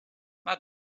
nad